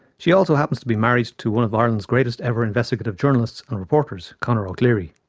she also happens to be married to one of ireland's greatest ever investigative journalists and reporters, conor o'clery.